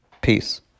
Peace